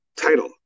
title